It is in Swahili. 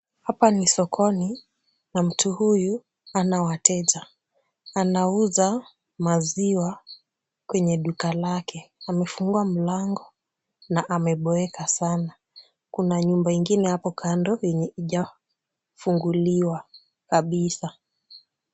Hapa ni sokoni na mtu huyu hana wateja. Anauza maziwa kwenye duka lake. Amefungua mlango na ameboeka sana. Kuna nyumba ingine hapo kando yenye haijafunguliwa kabisa.